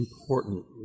important